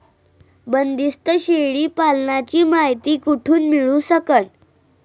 बंदीस्त शेळी पालनाची मायती कुठून मिळू सकन?